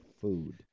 food